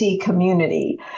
community